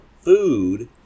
food